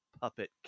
puppet